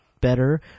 better